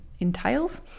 entails